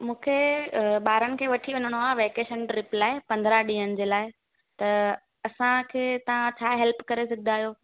मूंखे बारनि खे वठी वञिणो आहे वेकेशन ट्रिप लाइ पंद्रहं ॾींहुनि जे लाइ त असांखे ता छा हेल्प करे सघंदा आहियो